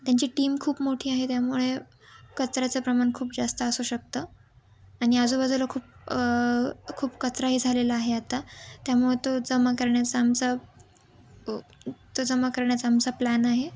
त्यांची टीम खूप मोठी आहे त्यामुळे कचऱ्याचं प्रमाण खूप जास्त असू शकतं आणि आजूबाजूला खूप खूप कचराही झालेला आहे आता त्यामुळे तो जमा करण्याचा आमचा तो जमा करण्याचा आमचा प्लॅन आहे